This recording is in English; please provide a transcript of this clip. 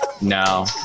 No